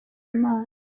imana